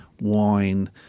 wine